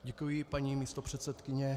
Děkuji, paní místopředsedkyně.